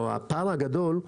או הפער הגדול,